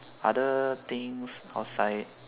other things outside